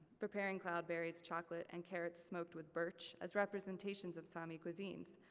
preparing cloudberries, chocolate, and carrots smoked with birch, as representations of sami cuisines.